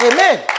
Amen